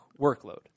workload